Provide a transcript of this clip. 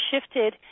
shifted